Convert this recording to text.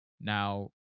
Now